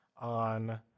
on